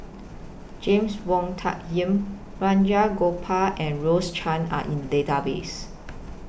James Wong Tuck Yim Balraj Gopal and Rose Chan Are in The Database